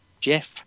Jeff